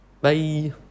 Bye